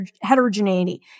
heterogeneity